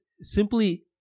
simply